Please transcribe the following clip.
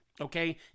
Okay